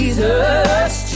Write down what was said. Jesus